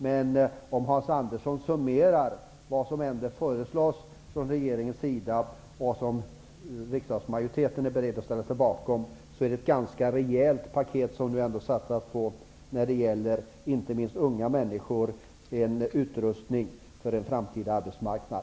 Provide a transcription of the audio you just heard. Men om Hans Andersson summerar vad som föreslås från regeringens sida och vad riksdagsmajoriteten är beredd att ställa sig bakom, finner han att det är ett ganska rejält paket som satsas på att göra inte minst unga människor rustade för en framtida arbetsmarknad.